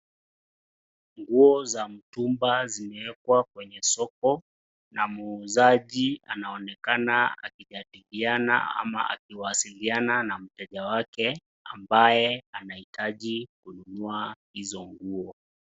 Nguo za mtumba zimewekwa kwenye soko, na muuzaji anaonekana akijadiliana ama akiwasiliana na mteja wake, ambaye anahitaji kununua hizo nguo.